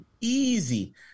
easy